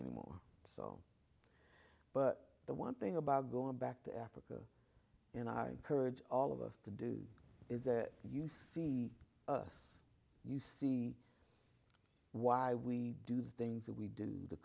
anymore but the one thing about going back to africa and i heard all of us to do is that you see us you see why we do things that we do the